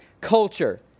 culture